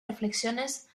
reflexiones